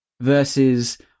versus